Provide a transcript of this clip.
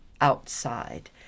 outside